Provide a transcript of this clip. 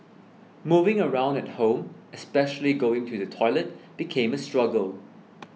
moving around at home especially going to the toilet became a struggle